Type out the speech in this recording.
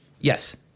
Yes